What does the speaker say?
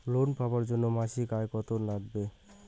Loan পাবার জন্যে মাসিক আয় কতো লাগবে?